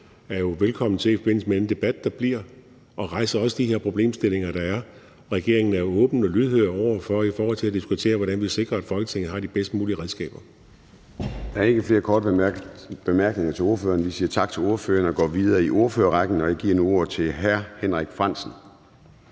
er jo velkommen til i forbindelse med den debat, der bliver, også at rejse de her problemstillinger. Regeringen er åben og lydhør over for at diskutere, hvordan vi sikrer, at Folketinget har de bedst mulige redskaber. Kl. 10:33 Formanden (Søren Gade): Der er ikke flere korte bemærkninger, så vi siger tak til ordføreren og går videre i ordførerrækken. Og jeg giver nu ordet til hr. Henrik Frandsen.